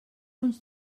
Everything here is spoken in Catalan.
uns